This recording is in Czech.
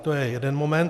To je jeden moment.